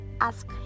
ask